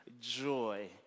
joy